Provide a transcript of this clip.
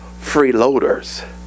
freeloaders